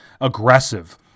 aggressive